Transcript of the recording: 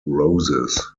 roses